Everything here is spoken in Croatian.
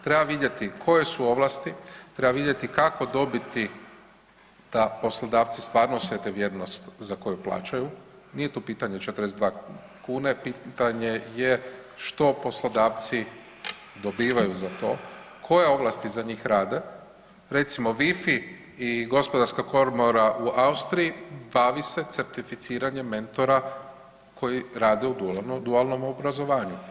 Treba vidjeti koje su ovlasti, treba vidjeti kako dobiti da poslodavci stvarno osjete vjernost za koju plaćaju, nije tu u pitanju 42 kune pitanje je što poslodavci dobivaju za to, koje ovlasti za njih rade, recimo WIFI i gospodarska komora u Austriji bavi se certificiranjem mentora koji rade u dualnom obrazovanju.